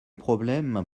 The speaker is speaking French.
problème